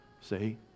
See